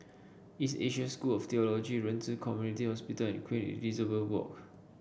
East Asia School of Theology Ren Ci Community Hospital and Queen Elizabeth Walk